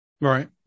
Right